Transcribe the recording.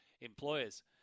employer's